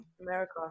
America